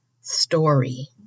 story